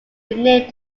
renamed